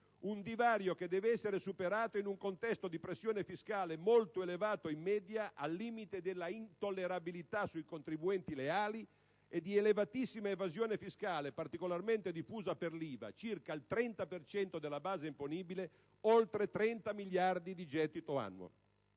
Un divario che deve essere superato in un contesto di pressione fiscale molto elevato in media, al limite dell'intollerabilità sui contribuenti leali, e di elevatissima evasione fiscale, particolarmente diffusa per l'IVA (circa il 30 per cento della base imponibile, oltre 30 miliardi di gettito annuo).